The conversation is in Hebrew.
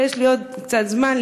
ויש לי עוד קצת זמן,